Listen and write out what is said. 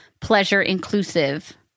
pleasure-inclusive